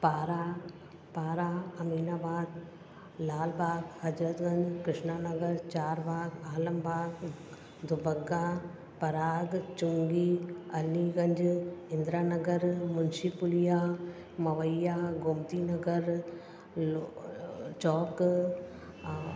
पारा पारा अमीनाबाद लालबाग हज़रतगंज कृष्णा नगर चारबाग आलमबाग दुबग्गा पराग चुंगी अलीगंज इंद्रानगर मुंशी पुलिया मवैया गोमती नगर लो चौक